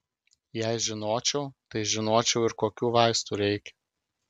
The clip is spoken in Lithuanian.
jei žinočiau tai žinočiau ir kokių vaistų reikia